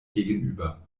gegenüber